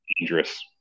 dangerous